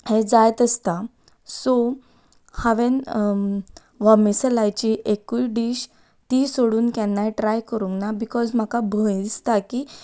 हे जायत आसता सो हांवें वॉमिसलायची एकूय डीश ती सोडून केन्नाय ट्राय करूंक ना बिकॉज म्हाका भंय दिसता की